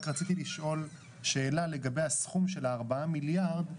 רק רציתי לשאול שאלה לגבי הסכום של הארבעה מיליארד.